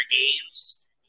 games